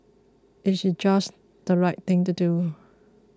it's just the right thing to do